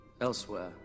elsewhere